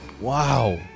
Wow